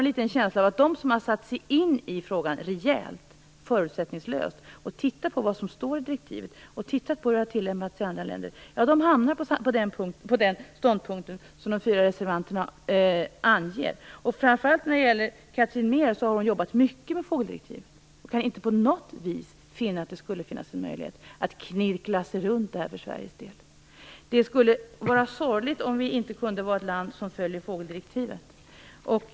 Man får en känsla av att de som har satt sig in i frågan rejält och förutsättningslöst och tittat på vad som står i direktivet och hur det har tilllämpats i andra länder hamnar på samma ståndpunkt som de fyra reservanterna. Framför allt Katrin Mehr har jobbat mycket med fågeldirektivet. Hon har inte funnit att det finns någon möjlighet att snirkla sig runt detta för Sveriges del. Det skulle vara sorgligt om vi inte kan vara ett land som följer fågeldirektivet.